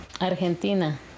Argentina